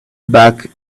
back